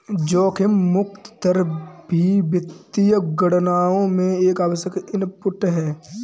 जोखिम मुक्त दर भी वित्तीय गणनाओं में एक आवश्यक इनपुट है